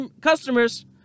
customers